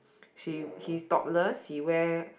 she he's topless he wear